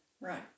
Right